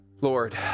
Lord